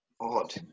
Odd